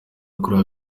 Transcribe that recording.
kureba